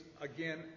again